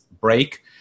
break